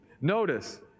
Notice